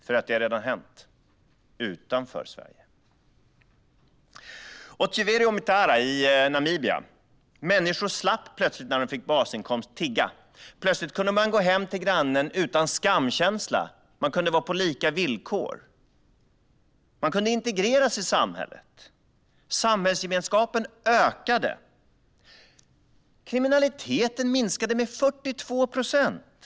För att det redan har hänt, utanför Sverige. I Otjivero-Omitara i Namibia slapp människor plötsligt tigga när de fick basinkomst. Plötsligt kunde man gå hem till grannen utan skamkänsla. Man kunde umgås på lika villkor. Man kunde integreras i samhället. Samhällsgemenskapen ökade. Kriminaliteten minskade med 42 procent.